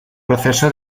proceso